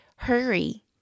hurry